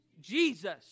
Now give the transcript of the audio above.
Jesus